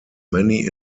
many